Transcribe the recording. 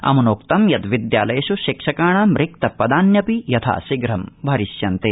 अम्नोक्तं यत विद्यालयेष् शिक्षकाणां रिक्तप ान्यपि यथाशीघ्रं भरिष्यन्ते